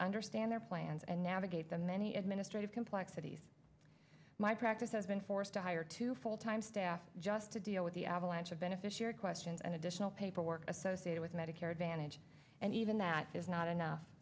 understand their plans and navigate the many administrative complexities my practice has been forced to hire two full time staff just to deal with the avalanche of beneficiary questions and additional paper work associated with medicare advantage and even that is not enough